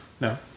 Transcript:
No